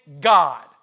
God